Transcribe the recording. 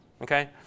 Okay